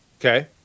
okay